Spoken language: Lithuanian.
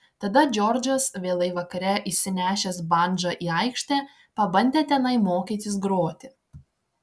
tada džordžas vėlai vakare išsinešęs bandžą į aikštę pabandė tenai mokytis groti